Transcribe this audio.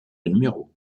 numéros